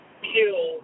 kill